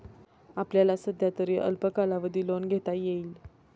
आपल्याला सध्यातरी अल्प कालावधी लोन घेता येईल